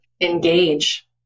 engage